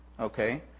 okay